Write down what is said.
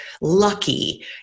lucky